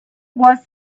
was